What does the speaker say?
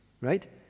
right